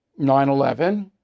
9-11